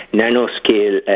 nanoscale